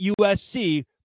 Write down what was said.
USC